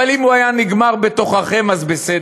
אבל אם הוא היה נגמר בתוככם, אז בסדר.